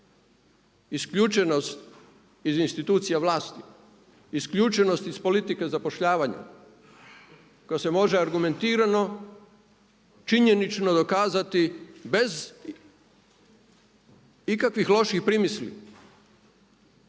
isključenost iz institucija vlasti, isključenost iz politike zapošljavanja koja se može argumentirano, činjenično dokazati bez ikakvih loših primisli